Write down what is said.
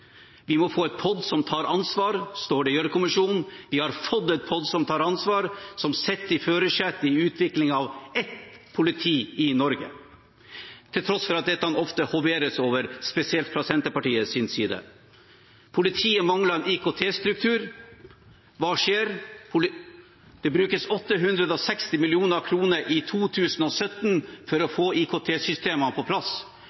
Vi må få et POD som tar ansvar, står det i Gjørv-kommisjonen. Vi har fått et POD som tar ansvar, og som sitter i førersetet i utviklingen av ett politi i Norge, til tross for at dette ofte hoveres over, spesielt fra Senterpartiets side. Politiet manglet en IKT-struktur: Hva skjer? Det brukes 860 mill. kr i 2017 for å få IKT-systemene på plass.